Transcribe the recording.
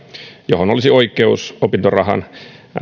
johon olisi oikeus opintorahan